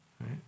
right